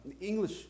English